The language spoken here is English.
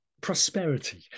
prosperity